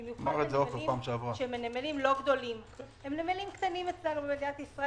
במיוחד שהם נמלים קטנים במדינה,